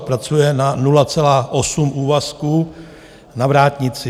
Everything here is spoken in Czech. Pracuje na 0,8 úvazku na vrátnici.